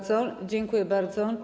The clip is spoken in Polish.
Dziękuję bardzo.